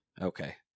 Okay